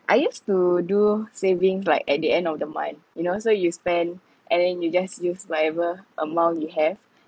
I used to do savings like at the end of the month you know so you spend and then you just use whatever amount you have